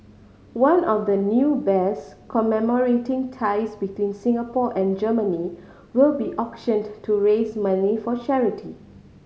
one of the new bears commemorating ties between Singapore and Germany will be auctioned to raise money for charity